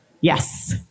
Yes